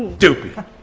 doopey!